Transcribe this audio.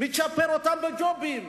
מצ'פר אותם בג'ובים,